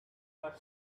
old